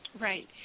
Right